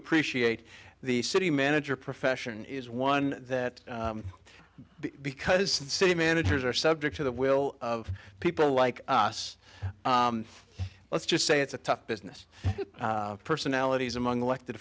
appreciate the city manager profession is one that because the city managers are subject to the will of people like us let's just say it's a tough business personalities among the elect